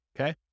Okay